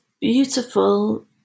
beautiful